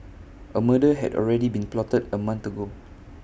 A murder had already been plotted A month ago